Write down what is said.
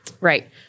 Right